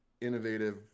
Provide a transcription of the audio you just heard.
innovative